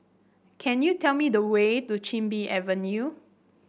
can you tell me the way to Chin Bee Avenue